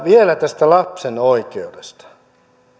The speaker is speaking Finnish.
vielä tästä lapsen oikeudesta